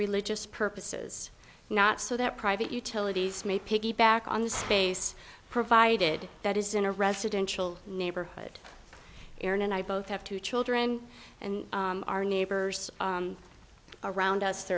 religious purposes not so that private utilities may piggyback on the space provided that is in a residential neighborhood aaron and i both have two children and our neighbors around us